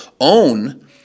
Own